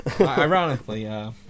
Ironically –